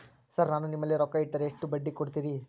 Sir ನಾನು ನಿಮ್ಮಲ್ಲಿ ರೊಕ್ಕ ಇಟ್ಟರ ಎಷ್ಟು ಬಡ್ಡಿ ಕೊಡುತೇರಾ?